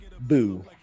Boo